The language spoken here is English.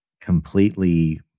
completely